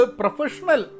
professional